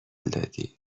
دادی